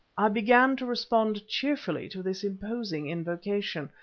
i began to respond cheerfully to this imposing invocation.